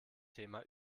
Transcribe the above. thema